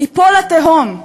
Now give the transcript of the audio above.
ייפול לתהום.